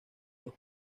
los